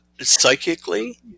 Psychically